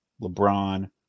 LeBron